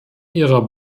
ihrer